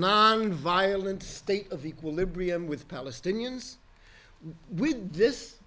nonviolent state of equilibrium with palestinians with this